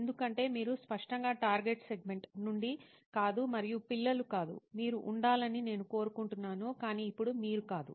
ఎందుకంటే మీరు స్పష్టంగా టార్గెట్ సెగ్మెంట్ నుండి కాదు మరియు పిల్లలు కాదు మీరు ఉండాలని నేను కోరుకుంటున్నాను కానీ ఇప్పుడు మీరు కాదు